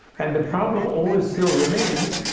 and the problem always still remains,